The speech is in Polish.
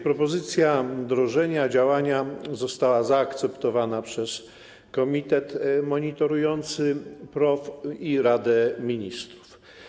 Propozycja wdrożenia działania została zaakceptowana przez Komitet Monitorujący PROW i Radę Ministrów.